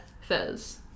Fizz